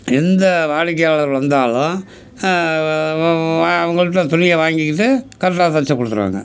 எந்த வாடிக்கையாளர் வந்தாலும் அவங்கள்ட்ட துணியை வாங்கிக்கிட்டு கரெக்டாக தைச்சு கொடுத்துருவேங்க